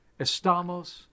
estamos